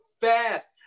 fast